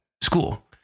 school